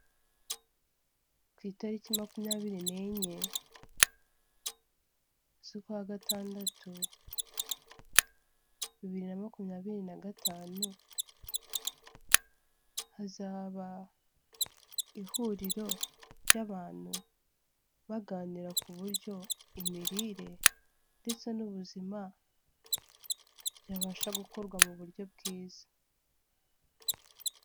Ku itariki makubiri n'enye z'ukwa gatandatu, bibiri na makumyabiri na gatanu hazaba ihuriro ry'abantu, baganira ku buryo imirire ndetse n'ubuzima byabasha gukorwa mu buryo bwiza.